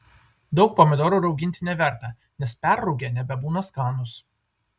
daug pomidorų rauginti neverta nes perrūgę nebebūna skanūs